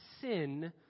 sin